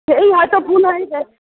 সেই হয়তো ভুল হয়ে গেছে